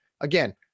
again